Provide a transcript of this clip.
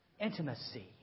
intimacy